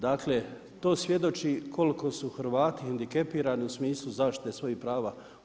Dakle to svjedoči koliko su Hrvati hendikepirani u smislu zaštite svojih prava.